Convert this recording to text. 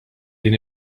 din